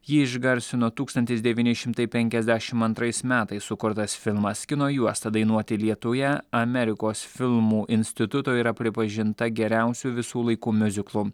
jį išgarsino tūkstantis devyni šimtai penkiasdešimt antrais metais sukurtas filmas kino juosta dainuoti lietuje amerikos filmų instituto yra pripažinta geriausiu visų laikų miuziklų